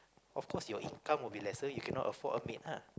of course your income will be lesser you cannot afford a maid lah